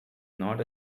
not